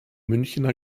münchner